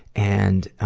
and